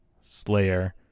Slayer